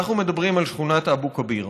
אנחנו מדברים על שכונת אבו כביר,